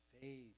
faith